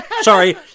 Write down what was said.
Sorry